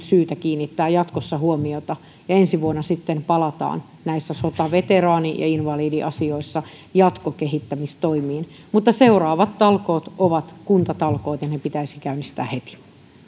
syytä kiinnittää jatkossa huomiota ja ensi vuonna sitten palataan näissä sotaveteraani ja invalidiasioissa jatkokehittämistoimiin seuraavat talkoot ovat kuntatalkoot ja ne pitäisi käynnistää heti